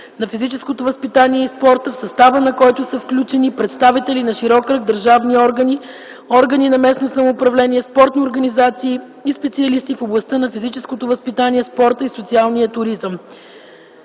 на физическото възпитание и спорта, в състава на който са включени представители на широк кръг държавни органи, органи на местното самоуправление, спортни организации и специалисти в областта на физическото възпитание, спорта и социалния туризъм.